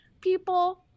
people